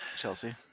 Chelsea